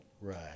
Right